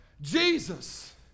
Jesus